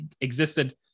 existed